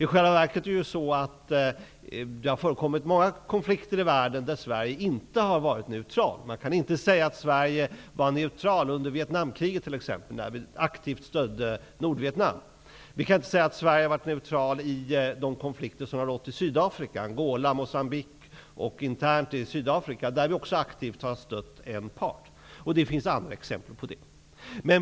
I själva verket har det förekommit många konflikter i världen där Sverige inte har varit neutralt. Man kan t.ex. inte säga att Sverige var neutralt under Vietnamkriget, när vi aktivt stödde Nordvietnam. Vi kan inte heller säga att Sverige har varit neutralt i de konflikter som har rått i Sydafrika -- där vi också aktivt har stött en part. Det finns även andra sådana exempel.